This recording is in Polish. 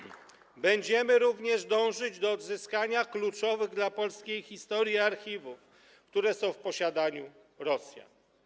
Będziemy również dążyć do odzyskania kluczowych dla polskiej historii archiwów, które są w posiadaniu Rosjan.